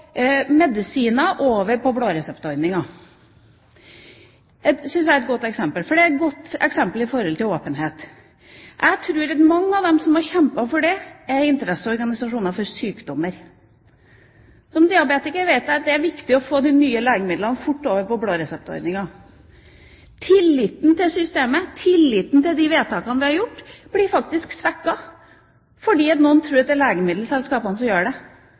medisiner over på blå resept-ordninga. Det syns jeg er et godt eksempel på åpenhet. Jeg tror at mange av dem som har kjempet for det, er interesseorganisasjoner for sykdommer. Som diabetiker vet jeg at det er viktig å få de nye legemidlene fort over på blå resept-ordninga. Tilliten til systemet, tilliten til de vedtakene vi har fattet, blir svekket fordi noen tror at det er legemiddelselskapene som har gjort at vi har fattet dem. Hvis vi hadde hatt åpenhet om hvorvidt det